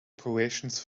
operations